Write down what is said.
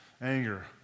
anger